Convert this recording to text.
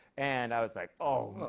and i was like, oh,